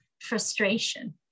frustration